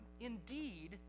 indeed